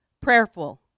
prayerful